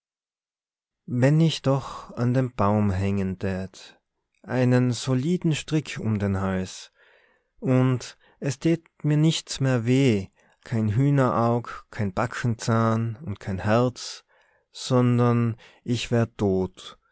wenn ich doch an dem baum hängen tät einen soliden strick um den hals und es tät mir nichts mehr weh kein hühnerauge kein backenzahn und kein herz sondern ich wär